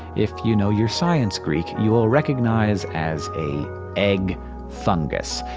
if you know your science greek, you'll recognize as a egg fungus.